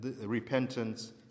repentance